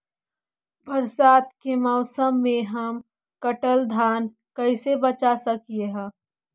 बरसात के मौसम में हम कटल धान कैसे बचा सक हिय?